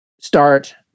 start